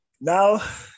Now